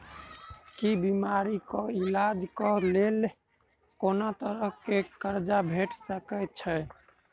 की बीमारी कऽ इलाज कऽ लेल कोनो तरह कऽ कर्जा भेट सकय छई?